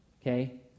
Okay